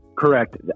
Correct